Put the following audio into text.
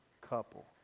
couple